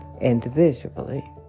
individually